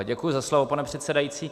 Děkuju za slovo, pane předsedající.